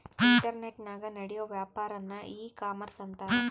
ಇಂಟರ್ನೆಟನಾಗ ನಡಿಯೋ ವ್ಯಾಪಾರನ್ನ ಈ ಕಾಮರ್ಷ ಅಂತಾರ